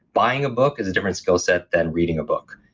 buying a book is a different skill set than reading a book.